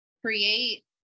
create